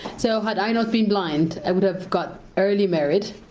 so, had i not been blind i would have got early marriage,